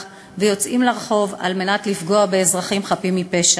ויוצאים לרחוב לפגוע באזרחים חפים מפשע.